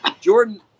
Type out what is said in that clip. Jordan